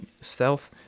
stealth